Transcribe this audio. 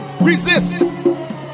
Resist